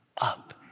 up